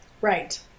right